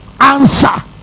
answer